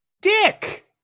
dick